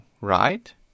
right